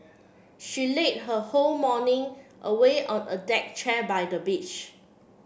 she her whole morning away on a deck chair by the beach